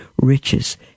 riches